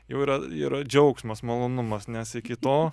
jau yra yra džiaugsmas malonumas nes iki to